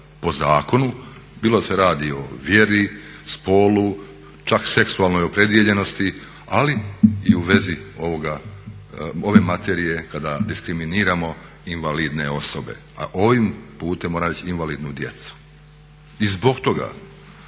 po zakonu bilo da se radi o vjeri, spolu, čak seksualnoj opredijeljenosti ali i u vezi ove materije kada diskriminiramo invalidne osobe, a ovim putem moram reći invalidnu djecu. I zbog toga